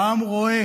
העם רואה